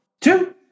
Two